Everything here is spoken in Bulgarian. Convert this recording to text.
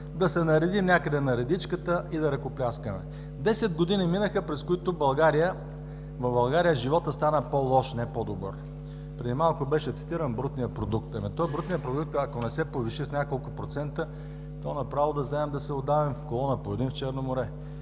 да се наредим някъде на редичката и да ръкопляскаме. Десет години минаха, през които в България животът стана по-лош, не по-добър. Преди малко беше цитиран брутният продукт. Ами брутният продукт, ако не се повиши с няколко процента, направо да вземем да се удавим в колона по един в Черно море.